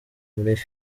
muri